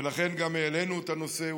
ולכן גם העלינו את הנושא,